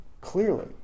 clearly